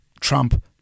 Trump